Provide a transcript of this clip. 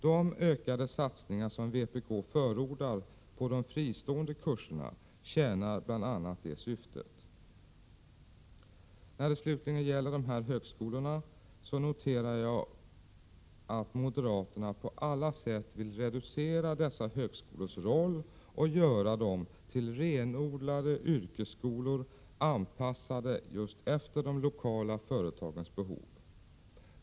De ökade satsningar vpk förordar på de fristående kurserna tjänar bl.a. det syftet. När det gäller de mindre högskolorna noterar jag avslutningsvis att moderaterna på alla sätt vill reducera dessa högskolors roll och göra dem till renodlade yrkesskolor, anpassade efter de lokala företagens behov.